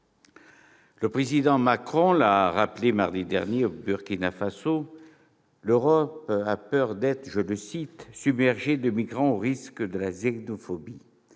Le président Macron l'a rappelé mardi dernier, au Burkina Faso, l'Europe a peur d'être « submergée de migrants au risque de la xénophobie ».